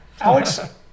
Alex